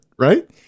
Right